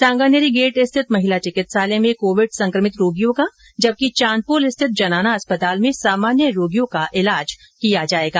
Sanganeri gate स्थित महिला चिकित्सालय में कोविड संकमित रोगियों का जबकि चांदपोल स्थित जनाना अस्पताल में सामान्य रोगियों का इलाज किया जायेगा